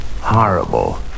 horrible